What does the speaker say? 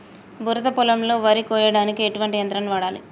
బురద పొలంలో వరి కొయ్యడానికి ఎటువంటి యంత్రాన్ని వాడాలి?